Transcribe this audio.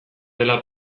dela